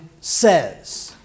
says